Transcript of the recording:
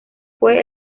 fue